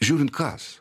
žiūrint kas